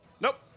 Nope